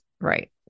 right